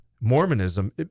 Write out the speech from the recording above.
Mormonism